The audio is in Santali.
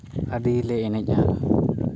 ᱟᱹᱰᱤᱞᱮ ᱮᱱᱮᱡᱽᱼᱟ